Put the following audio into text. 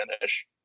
finish